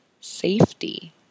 safety